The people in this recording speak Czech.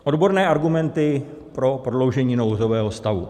Odborné argumenty pro prodloužení nouzového stavu.